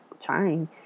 trying